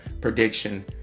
prediction